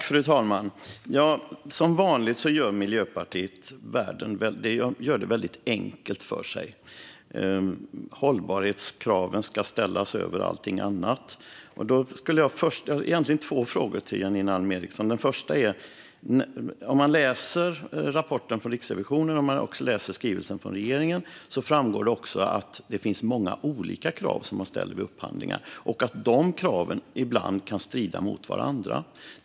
Fru talman! Som vanligt gör Miljöpartiet det väldigt enkelt för sig. Hållbarhetskraven ska ställas över allting annat. Jag har två frågor till Janine Alm Ericson. I rapporten från Riksrevisionen och skrivelsen från regeringen framgår det att det är många olika krav som ställs vid upphandlingar och att dessa krav ibland kan strida mot varandra.